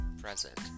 present